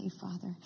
Father